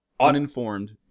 uninformed